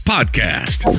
podcast